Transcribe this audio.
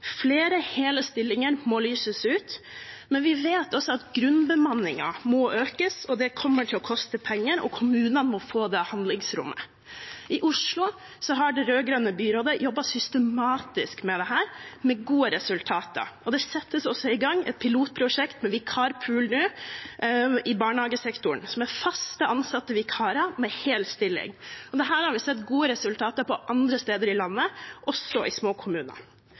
flere hele stillinger må lyses ut. Når vi også vet at grunnbemanningen må økes – og det kommer til å koste penger – må kommunene få det handlingsrommet. I Oslo har det rød-grønne byrådet jobbet systematisk med dette, med gode resultater. I barnehagesektoren settes det nå i gang et pilotprosjekt med vikarpool, som er fast ansatte vikarer med hel stilling. Dette har vi sett gode resultater av andre steder i landet, også i